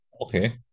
okay